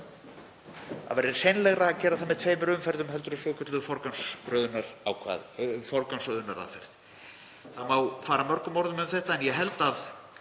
Það væri hreinlegra að gera það með tveimur umferðum frekar en með svokallaðri forgangsröðunaraðferð. Það má fara mörgum orðum um þetta en ég held að